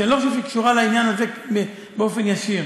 שאני לא חושב שהיא קשורה לעניין הזה באופן ישיר.